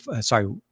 sorry